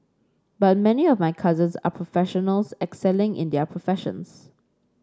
but many of my cousins are professionals excelling in their professions